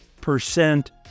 percent